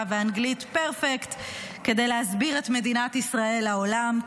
ואנגלית פרפקט כדי להסביר את מדינת ישראל לעולם,